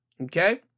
Okay